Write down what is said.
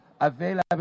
available